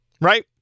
Right